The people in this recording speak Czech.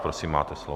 Prosím, máte slovo.